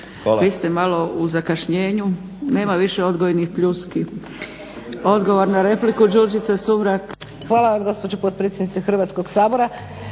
vi ste malo u zakašnjenju. Nema više odgojnih pljuski. Odgovor na repliku, Đurđica Sumrak. **Sumrak, Đurđica (HDZ)** Hvala vam gospođo potpredsjednice Hrvatskog sabora.